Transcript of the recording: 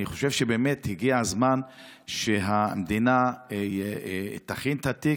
באמת הגיע הזמן שהמדינה תכין את התיק,